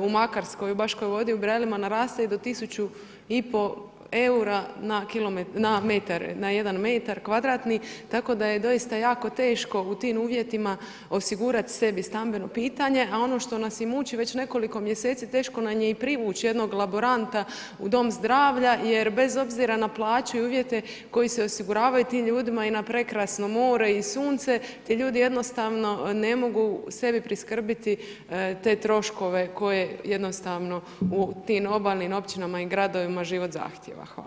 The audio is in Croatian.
u Makarskoj, u Baško Vodi, u Brelima, naraste i do 1500 eura na 1 m2, tako da je doista jako teško u tim uvjetima osigurat sebi stambeno pitanje a ono što nas i muči već nekoliko mjeseci, teško nam je i privući jedno laboranta u dom zdravlja jer bez obzira na plaću i uvjete koji se osiguravaju tim ljudima i na prekrasno more i sunce, ti ljudi jednostavno ne mogu sebi priskrbiti te troškove koje jednostavno u tim obalnim općinama i gradovima život zahtjeva, hvala.